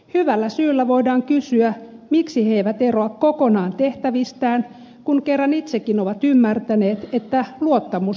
hyvällä syyllä voidaan kysyä miksi he eivät eroa kokonaan tehtävistään kun kerran itsekin ovat ymmärtäneet että luottamus on menetetty